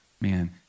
man